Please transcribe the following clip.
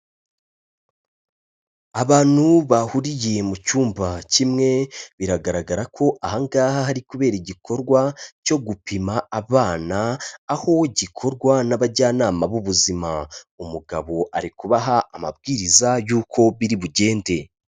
Abantu bahuriye mu cyumba kimwe, biragaragara ko aha ngaha hari kubera igikorwa cyo gupima abana, aho gikorwa n'abajyanama b'ubuzima. Umugabo ari kubaha amabwiriza y'uko biri bugende.